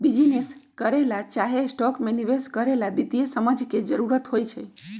business करे ला चाहे स्टॉक में निवेश करे ला वित्तीय समझ के जरूरत होई छई